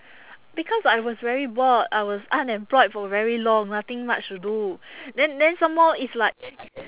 because I was very bored I was unemployed for very long nothing much to do then then some more it's like